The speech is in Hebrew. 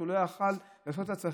שהוא לא היה יכול לעשות את הצרכים,